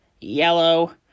yellow